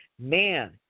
man